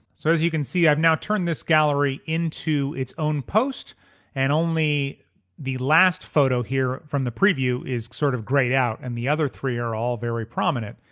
so as you can see i've now turned this gallery into its own post and only the last photo here from the preview is sort of grayed out and the other three are all very prominent,